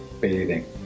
bathing